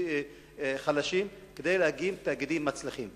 חלשים כדי להקים תאגידים מצליחים?